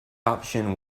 option